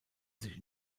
sich